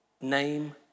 name